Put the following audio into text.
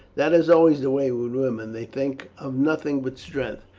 that is always the way with women they think of nothing but strength.